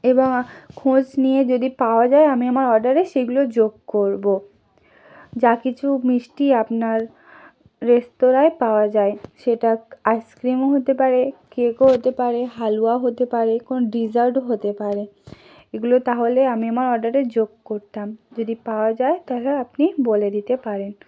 এবং খোঁজ নিয়ে যদি পাওয়া যায় আমি আমার অর্ডারে সেইগুলো যোগ করবো যা কিছু মিষ্টি আপনার রেস্তোরাঁয় পাওয়া যায় সেটা আইসক্রিমও হতে পারে কেকও হতে পারে হালুয়াও হতে পারে কোনো ডিসার্টও হতে পারে এগুলো তাহলে আমি আমার অর্ডারে যোগ করতাম যদি পাওয়া যায় তাহলে আপনি বলে দিতে পারেন